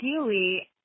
ideally